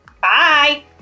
Bye